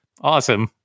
awesome